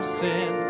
sin